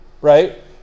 right